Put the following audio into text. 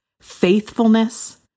faithfulness